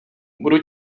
budu